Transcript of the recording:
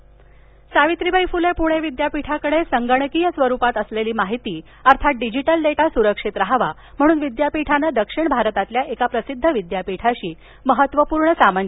पुणे विचापीठ सावित्रीबाई फुले पुणे विद्यापीठाकडे संगणकीय स्वरूपात असलेली माहिती अर्थात डिजिटल डेटा सुरक्षित रहावा म्हणून विद्यापीठाने दक्षिण भारतामधील एका प्रसिद्ध विद्यापीठाशी महत्त्वपूर्ण सामंजस्य करार केला आहे